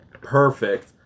perfect